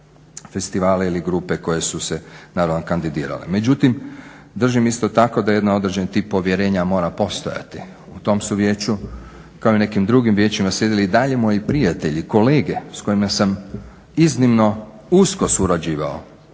ili grupe koje su se naravno kandidirale. Međutim držim isto tako da jedan određen tip povjerenja mora postojati. U tom su vijeću kao i u nekim drugim vijećima sjedili i dalje moji prijatelji, kolege s kojima sam iznimno usko surađivao